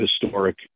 historic